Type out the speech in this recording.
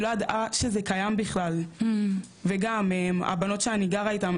היא לא ידעה שזה קיים בכלל וגם הבנות שאני גרה איתן,